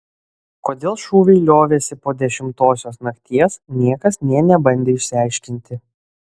kodėl šūviai liovėsi po dešimtosios nakties niekas nė nebandė išsiaiškinti